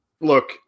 look